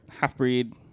half-breed